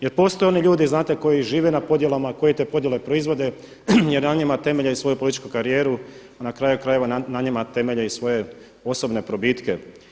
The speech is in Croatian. Jer postoje oni ljudi, znate koji žive na podjelama, koji te podjele proizvode jer na njima temelje i svoju političku karijeru, a na kraju krajeva na njima temelje i svoje osobne probitke.